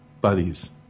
buddies